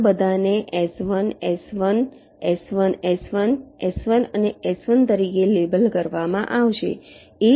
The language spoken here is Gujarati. આ બધાને S1 S1 S1 S1 S1 અને S1 તરીકે લેબલ કરવામાં આવશે